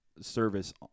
service